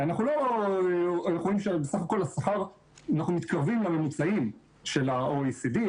אנחנו רואים שבסך הכול בשכר אנחנו מתקרבים לממוצעים של ה-OECD,